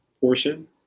portion